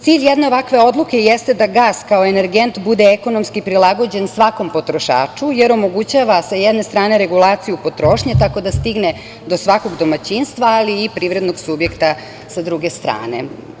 Cilj jedne ovakve odluke jeste da gas kao energent bude ekonomski prilagođen svakom potrošaču, jer omogućava s jedne strane regulaciju potrošnje, tako da stigne do svakog domaćinstva, ali i privrednog subjekta sa druge strane.